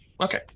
Okay